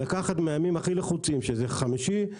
לקחת מהימים הכי לחוצים שזה חמישי,